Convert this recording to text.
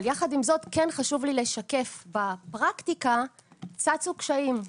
יחד עם זאת, כן חשוב לי לשקף שבפרקטיקה צצו קשיים.